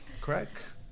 correct